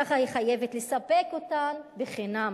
ככה היא חייבת לספק אותן חינם.